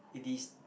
it is